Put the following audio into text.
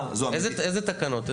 איזה תקנות?